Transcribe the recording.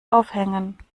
aufhängen